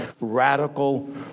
Radical